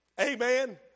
Amen